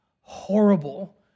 horrible